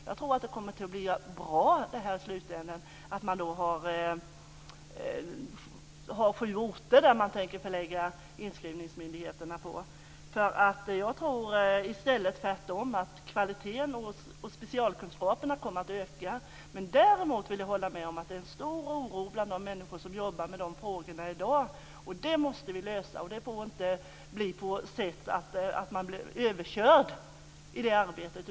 Jag tror att det kommer att bli bra i slutändan att det är sju orter man tänker förlägga inskrivningsmyndigheterna på. Jag tror i stället att kvaliteten och specialkunskaperna kommer att öka. Däremot vill jag hålla med om att det är en stor oro bland de människor som jobbar med dessa frågor i dag. Det måste vi lösa. Det får inte bli på det sättet att man blir överkörd i arbetet.